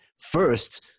First